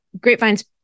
Grapevine's